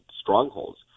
strongholds